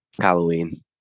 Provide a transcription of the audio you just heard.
Halloween